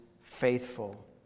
faithful